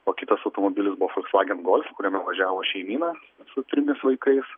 o kitas automobilis buvo volkswagen golf kuriame važiavo šeimyna su trimis vaikais